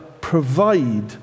provide